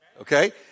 Okay